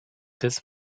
this